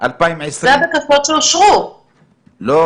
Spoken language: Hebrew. חבר הכנסת אבו שחאדה, אכן,